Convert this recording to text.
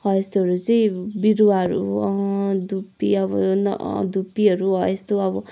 हो यस्तोहरू चाहिँ बिरुवाहरू धुप्पी अब न धुप्पीहरू हो यस्तो अब